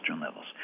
levels